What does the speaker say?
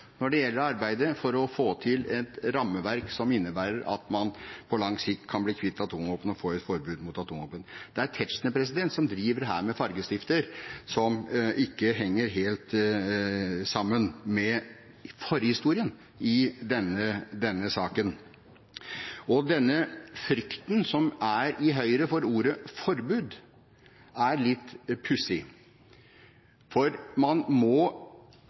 gjelder arbeidet for å få til et rammeverk som innebærer at man på lang sikt kan bli kvitt atomvåpen og få et forbud mot atomvåpen. Det er Tetzschner som her driver med fargestifter, det henger ikke helt sammen med forhistorien i denne saken. Denne frykten som er i Høyre for ordet «forbud», er litt pussig. Man har et forbud mot kjemiske våpen, mot bakteriologiske våpen, og den dagen man